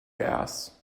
gas